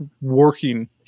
working